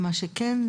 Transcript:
מה שכן,